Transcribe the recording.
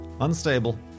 Unstable